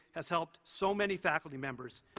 has helped so many faculty members,